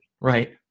right